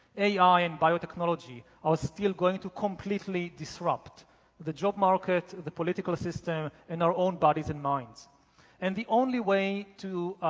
ai and biotechnology are was still going to completely disrupt the job market, the political system and our own bodies and minds and the only way to